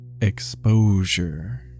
exposure